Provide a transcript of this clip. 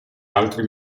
altri